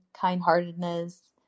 kindheartedness